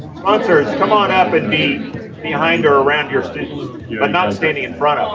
sponsors, come on up and be behind or around your students but not standing in front